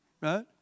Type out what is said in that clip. right